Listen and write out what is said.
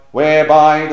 Whereby